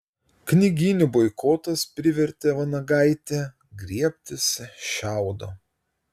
knygynų boikotas privertė vanagaitę griebtis šiaudo